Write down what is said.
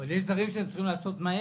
אבל יש דברים שצריך לעשות מהר,